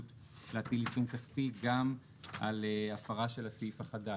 להטיל עיצום כספי גם על הפרה של הסעיף החדש,